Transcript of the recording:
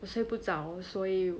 我睡不着所以